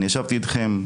ישבתי איתכם,